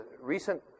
recent